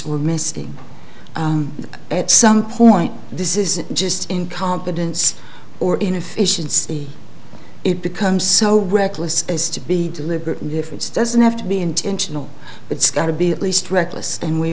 were missing at some point this is just incompetence or inefficiency it becomes so reckless as to be deliberate indifference doesn't have to be intentional it's got to be at least reckless and we